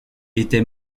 était